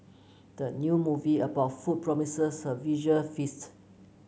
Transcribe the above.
the new movie about food promises a visual feast